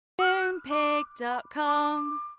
Moonpig.com